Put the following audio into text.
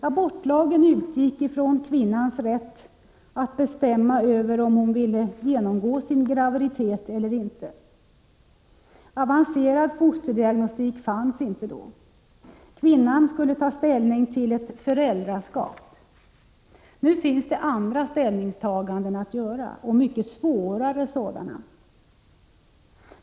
Abortlagen utgick från kvinnans rätt att bestämma över om hon ville genomgå sin graviditet eller inte. Avancerad fosterdiagnostik fanns inte då. Kvinnan skulle ta ställning till ett föräldraskap. Nu finns det andra ställningstaganden att göra, och mycket svårare sådana.